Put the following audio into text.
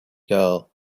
girl